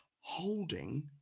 Holding